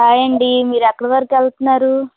hi అండి మీరు ఎక్కడ వరకు వెళుతున్నారు